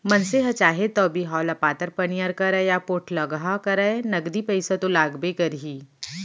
मनसे ह चाहे तौ बिहाव ल पातर पनियर करय या पोठलगहा करय नगदी पइसा तो ओला लागबे करही